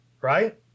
right